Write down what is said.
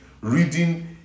reading